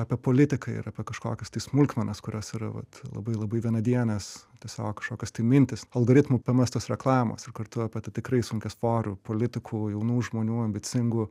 apie politiką ir apie kažkokias tai smulkmenas kurios yra vat labai labai vienadienės tiesiog kažkokios tai mintys algoritmų pamestos reklamos ir kartu apie tikrai sunkiasvorių politikų jaunų žmonių ambicingų